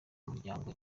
umuryango